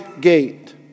gate